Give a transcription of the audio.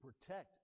protect